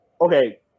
okay